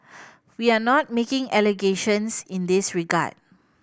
we are not making allegations in this regard